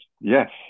Yes